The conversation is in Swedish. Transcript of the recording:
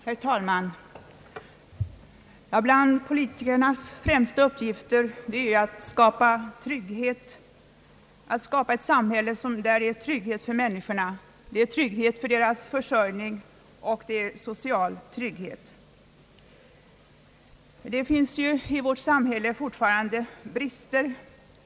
Herr talman! Bland politikernas främsta uppgifter är att skapa ett samhälle med trygghet för människorna, med trygghet för deras försörjning och med social trygghet. Det finns i vårt samhälle fortfarande brister.